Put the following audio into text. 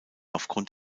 aufgrund